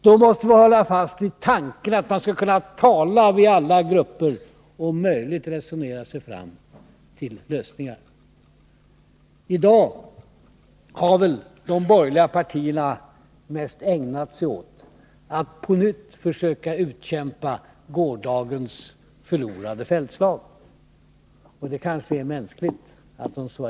Då måste vi hålla fast vid tanken att vi skall kunna tala med alla grupper och om möjligt resonera oss fram till lösningar. I dag har väl de borgerliga partierna mest ägnat sig åt att på nytt försöka utkämpa gårdagens förlorade fältslag. Och det kanske är mänskligt.